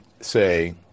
say